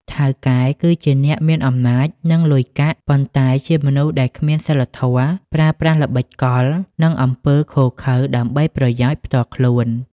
ថៅកែគឺជាអ្នកមានអំណាច និងលុយកាក់ ប៉ុន្តែជាមនុស្សដែលគ្មានសីលធម៌ ប្រើប្រាស់ល្បិចកល និងអំពើឃោរឃៅដើម្បីប្រយោជន៍ផ្ទាល់ខ្លួន។